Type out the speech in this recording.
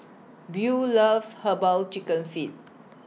Buel loves Herbal Chicken Feet